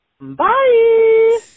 Bye